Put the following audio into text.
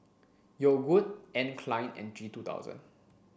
Yogood Anne Klein and G Two thousand